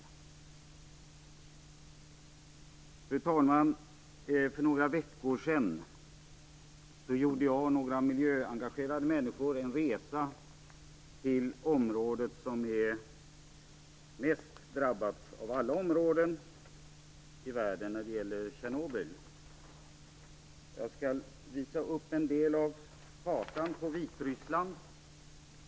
Fru talman! För några veckor sedan gjorde jag och några miljöengagerade människor en resa till det område som är mest drabbat av Tjernobylolyckan av alla områden i världen. Jag skall visa upp en del av en karta över Vitryssland.